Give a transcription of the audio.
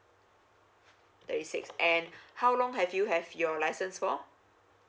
thirty six and how long have you have your license for